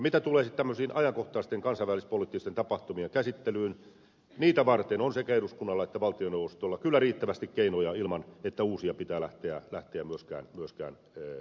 mitä tulee sitten tämmöisten ajankohtaisten kansainvälispoliittisten tapahtumien käsittelyyn niitä varten on sekä eduskunnalla että valtioneuvostolla kyllä riittävästi keinoja ilman että uusia pitää lähteä myöskään keksimään